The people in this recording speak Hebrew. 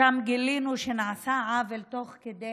שם גילינו שנעשה עוול תוך כדי